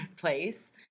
place